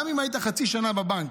גם אם היית חצי שנה בבנק,